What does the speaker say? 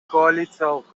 коалициялык